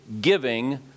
giving